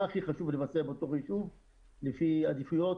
מה הכי חשוב לבצע בתוך היישוב לפי עדיפויות,